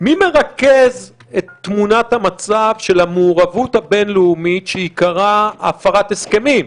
מי מרכז את תמונת המצב של המעורבות הבין-לאומית שעיקרה הפרת הסכמים?